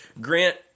Grant